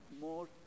more